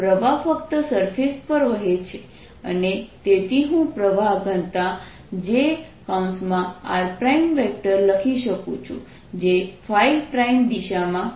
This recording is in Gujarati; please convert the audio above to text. પ્રવાહ ફક્ત સરફેસ પર વહે છે અને તેથી હું પ્રવાહ ઘનતા jr લખી શકું છું જે દિશામાં છે